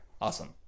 Awesome